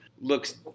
looks